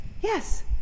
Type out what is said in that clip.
Yes